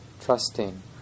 trusting